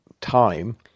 time